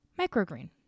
microgreen